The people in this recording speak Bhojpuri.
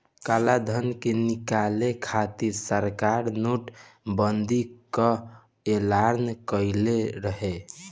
कालाधन के निकाले खातिर सरकार नोट बंदी कअ एलान कईले रहे